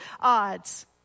odds